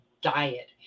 diet